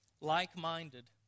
like-minded